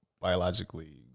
biologically